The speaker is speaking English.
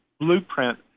blueprint